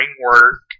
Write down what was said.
work